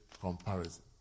comparison